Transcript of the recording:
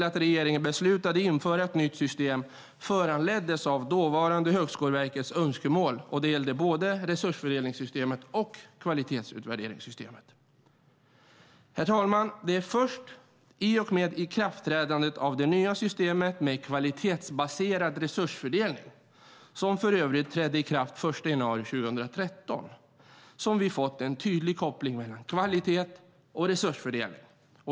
Att regeringen beslutade att införa ett nytt system föranleddes också av dåvarande Högskoleverkets önskemål. Det gäller både resursfördelningssystemet och kvalitetsutvärderingssystemet. Det är först i och med ikraftträdandet av det nya systemet med kvalitetsbaserad resursfördelning, som för övrigt trädde i kraft den 1 januari 2013, som vi har fått en tydlig koppling mellan kvalitet och resursfördelning.